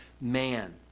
man